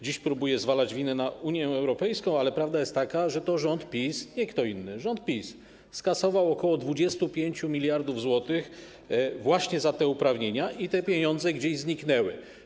Dziś próbuje zwalać winę na Unię Europejską, ale prawda jest taka, że to rząd PiS - nie kto inny, rząd PiS - skasował ok. 25 mld zł właśnie za te uprawnienia i te pieniądze gdzieś zniknęły.